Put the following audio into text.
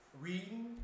Reading